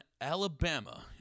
Alabama